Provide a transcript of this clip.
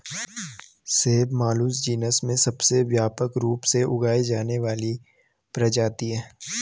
सेब Malus genus में सबसे व्यापक रूप से उगाई जाने वाली प्रजाति है